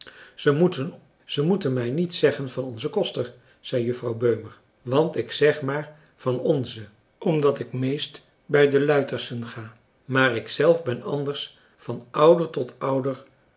te passen ze moeten mij niets zeggen van onzen koster zei juffrouw beumer want ik zeg maar van onze omdat ik meest bij de luitherschen ga maar ik zelf ben anders van ouder tot ouder